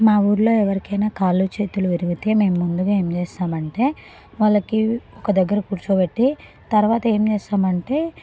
మా ఊర్లో ఎవరికైనా కాళ్ళు చేతులు విరిగితే మేము ముందుగా ఏం చేస్తామంటే వాళ్ళకి ఒక దగ్గర కూర్చోపెట్టి తర్వాత ఏం చేస్తామంటే